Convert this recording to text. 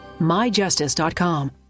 MyJustice.com